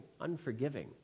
unforgiving